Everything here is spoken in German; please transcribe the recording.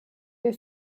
wir